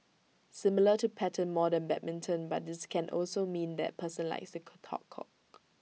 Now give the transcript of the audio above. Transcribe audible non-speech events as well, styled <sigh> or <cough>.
similar to pattern more than badminton but this can also mean that person likes to talk cock <noise>